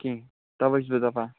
کیٚنٛہہ تَوَے چھُس بہٕ دَپان